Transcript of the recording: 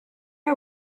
are